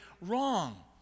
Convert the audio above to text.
wrong